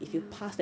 ya